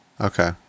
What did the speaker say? Okay